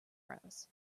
address